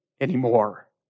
anymore